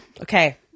okay